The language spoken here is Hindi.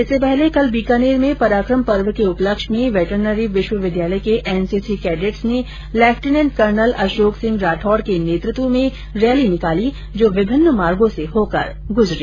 इससे पहर्ले कल बीकानेर में पराकम पर्व के उपलक्ष्य में वैटनरी विश्वविद्यालय के एनसीसी कैंडेट्स ने लेफ्टिनेंट कर्नल अशोक सिंह राठौड के नेतृत्व में रैली निकाली जो विभिन्न मार्गो से होकर गुजरी